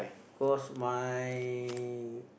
cause my